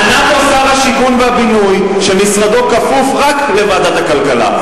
אמר פה שר השיכון והבינוי שמשרדו כפוף רק לוועדת הכלכלה.